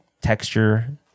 texture